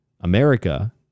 America